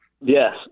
Yes